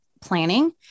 planning